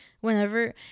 whenever